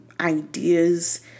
ideas